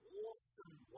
awesome